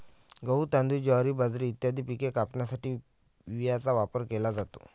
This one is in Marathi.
गहू, तांदूळ, ज्वारी, बाजरी इत्यादी पिके कापण्यासाठी विळ्याचा वापर केला जातो